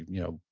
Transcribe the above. you know,